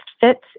fits